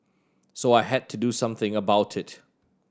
so I had to do something about it